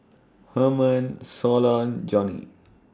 Hermon Solon Johnny